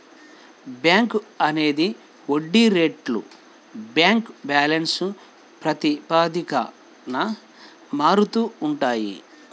bank అందించే వడ్డీ రేట్లు బ్యాంక్ బ్యాలెన్స్ ప్రాతిపదికన మారుతూ ఉంటాయి